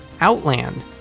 Outland